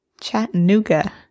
Chattanooga